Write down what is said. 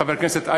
חבר הכנסת,